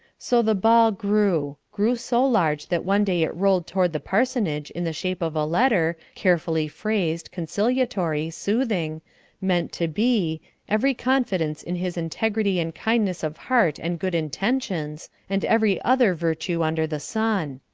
so the ball grew grew so large that one day it rolled toward the parsonage in the shape of a letter, carefully phrased, conciliatory, soothing meant to be every confidence in his integrity and kindness of heart and good intentions, and every other virtue under the sun.